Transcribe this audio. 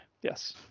Yes